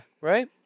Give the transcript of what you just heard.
Right